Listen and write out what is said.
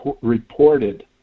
reported